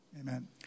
Amen